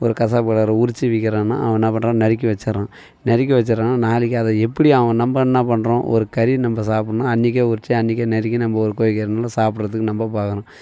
ஒரு கசாப்புக் கடைக்காரன் உறிச்சி விற்கிறான்னா அவன் என்னா பண்ணுறான் நறுக்கி வச்சிடுறான் நறுக்கி வச்சிடுறான் நாளைக்கு அதை எப்படி அவன் நம்ம என்ன பண்ணுறோம் ஒரு கறி நம்ம சாப்பிட்ணுன்னா அன்றைக்கே உறித்து அன்றைக்கே நறுக்கு நம்ம ஒரு கோழிக்கறினா சாப்பிட்றதுக்கு நம்ம பார்க்கிறோம்